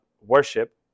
worship